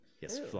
Yes